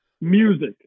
music